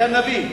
גנבים.